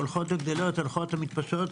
הולכות ומתפשטות.